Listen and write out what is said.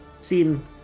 seen